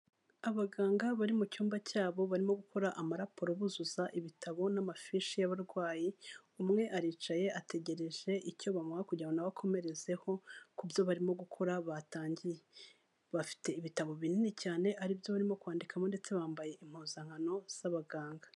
Abaganga bari mu cyumba cyabo barimo gukora amaraporo buzuza ibitabo n'amafishi y'abarwayi, umwe aricaye ategereje icyo bamuha kugira ngo na we akomerezeho ku byo barimo gukora batangiye, bafite ibitabo binini cyane ari byo barimo kwandikamo ndetse bambaye impuzankano z'abaganga.